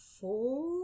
four